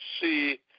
see